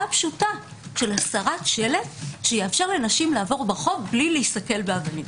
הפשוטה של הסרת שלט שיאפשר לנשים לעבור ברחוב בלי להיסקל באבנים.